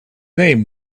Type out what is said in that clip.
name